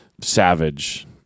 Savage